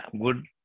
good